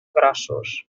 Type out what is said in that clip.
grossos